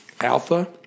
Alpha